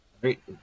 Great